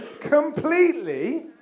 completely